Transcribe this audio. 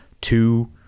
two